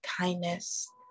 kindness